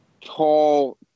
tall